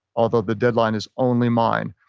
although the deadline is only mine.